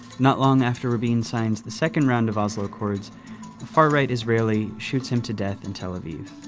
not long after rabin signs the second round of oslo accords, a far-right israeli shoots him to death in tel aviv.